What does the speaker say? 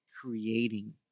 creating